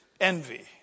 envy